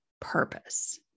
purpose